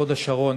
בהוד-השרון,